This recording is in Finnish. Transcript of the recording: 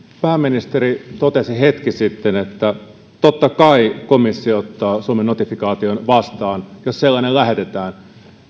pääministeri totesi hetki sitten että totta kai komissio ottaa suomen notifikaation vastaan jos sellainen lähetetään